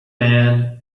man